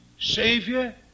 savior